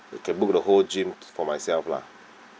you can book the whole gyms for myself lah